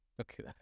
Okay